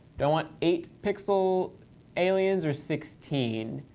do i want eight pixel aliens or sixteen?